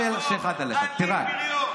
דמגוג, אלים, בריון, זה מה שאתה.